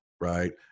right